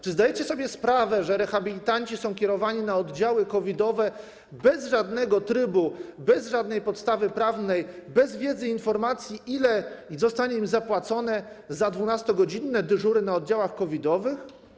Czy zdajecie sobie sprawę, że rehabilitanci są kierowani na oddziały COVID-owe bez żadnego trybu, bez żadnej podstawy prawnej, bez wiedzy, informacji, ile zostanie im zapłacone za 12-godzinne dyżury na oddziałach COVID-owych?